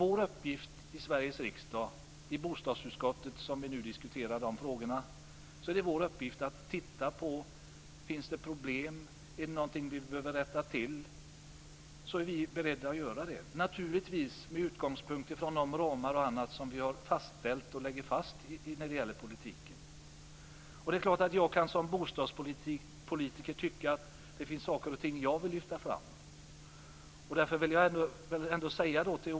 Vår uppgift i Sveriges riksdag, i bostadsutskottet, är att titta på om det finns problem, om det är någonting som vi behöver rätta till. Och vi är beredda att göra det, naturligtvis med utgångspunkt i de ramar som vi har fastställt och lägger fast när det gäller politiken. Jag kan som bostadspolitiker tycka att det finns saker och ting som jag vill lyfta fram.